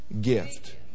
gift